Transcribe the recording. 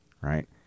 right